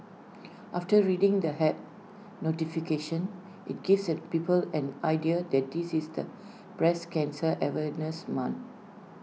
after reading the app notification IT gives people an idea that this is the breast cancer awareness month